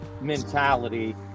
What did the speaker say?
mentality